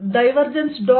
Divergence theorem